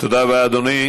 תודה רבה, אדוני.